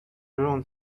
grown